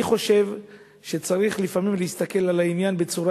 אני חושב שצריך לפעמים להסתכל על העניין בצורה